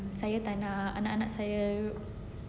saya tak nak anak-anak saya